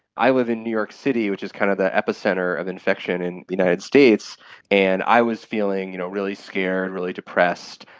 i live in new york city, which is kind of the epicentre of infection in the united states and i was feeling you know really scared, really depressed.